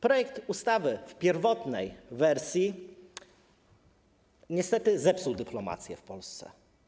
Projekt ustawy w pierwotnej wersji niestety zepsuł dyplomację w Polsce.